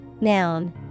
noun